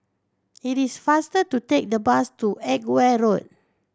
it is faster to take the bus to Edgware Road